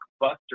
buster